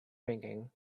ranking